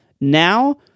Now